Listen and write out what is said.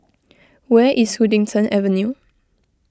where is Huddington Avenue